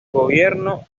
gobierno